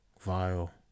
vile